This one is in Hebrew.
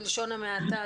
בלשון המעטה.